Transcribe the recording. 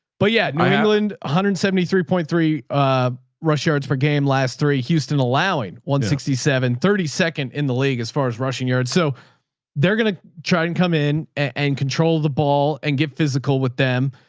but yeah, no england, one hundred and seventy three point three ah rush yards for game last three houston allowing one sixty seven thirty second in the league as far as rushing yards. so they're going to try and come in and control the ball and get physical with them.